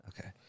Okay